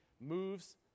moves